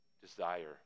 desire